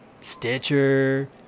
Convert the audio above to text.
Stitcher